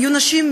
שוויונית,